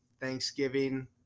Thanksgiving